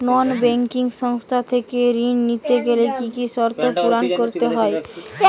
নন banking সংস্থা থেকে ঋণ নিতে গেলে কি কি শর্ত পূরণ করতে হয়?